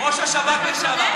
ראש השב"כ לשעבר,